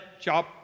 job